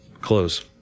close